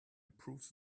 improves